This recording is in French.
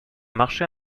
marché